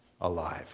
Alive